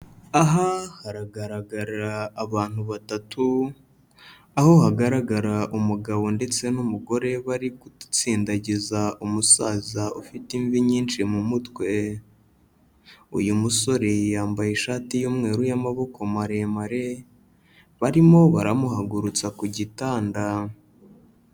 Aha haragaragara abantu batatu, aho hagaragara umugabo ndetse n'umugore bari gusindagiza umusaza ufite imvi nyinshi mu mutwe, uyu musore yambaye ishati y'umweru y'amaboko maremare, barimo baramuhagurutsa ku gitanda.